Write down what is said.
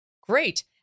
Great